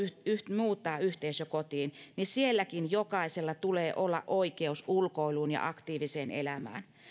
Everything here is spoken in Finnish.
muuttaa yhteisökotiin niin sielläkin jokaisella tulee olla oikeus ulkoiluun ja aktiiviseen elämään